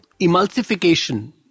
emulsification